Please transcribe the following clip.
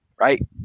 right